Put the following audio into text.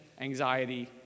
anxiety